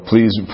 Please